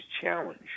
challenge